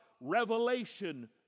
revelation